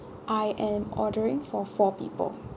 I am ordering for four people